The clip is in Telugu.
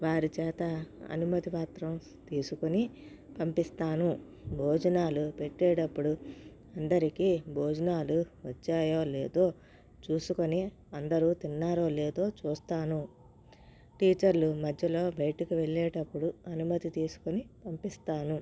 వారిచేత అనుమతి పత్రం తీసుకొని పంపిస్తాను భోజనాలు పెట్టేటప్పుడు అందరికీ భోజనాలు వచ్చాయో లేదో చూసుకొని అందరూ తిన్నారో లేదో చూస్తాను టీచర్లు మధ్యలో బయటకు వెళ్ళేటప్పుడు అనుమతి తీసుకుని పంపిస్తాను